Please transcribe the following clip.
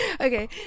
okay